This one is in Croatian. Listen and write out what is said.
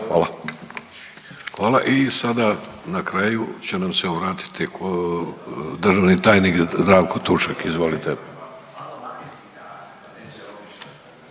Hvala. I sada na kraju će nam se obratiti državni tajnik Zdravko Tušek, izvolite.